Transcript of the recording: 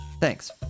Thanks